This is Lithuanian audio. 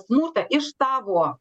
smurtą iš tavo